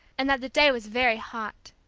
and that the day was very hot.